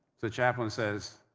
the chaplain says,